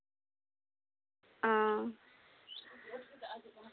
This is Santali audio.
ᱚᱻ